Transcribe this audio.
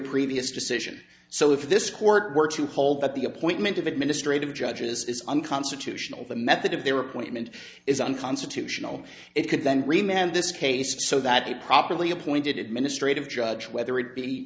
previous decision so if this court were to hold that the appointment of administrative judges is unconstitutional the method of their appointment is unconstitutional it could then remember this case so that a properly appointed administrative judge whether it be